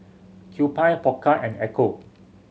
Kewpie Pokka and Ecco